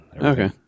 okay